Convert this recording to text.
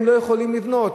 הם לא יכולים לבנות.